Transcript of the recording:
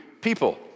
people